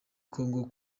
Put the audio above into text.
congo